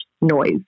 noise